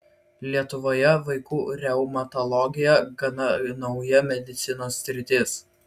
lietuvoje vaikų reumatologija gana nauja medicinos sritis